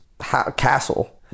castle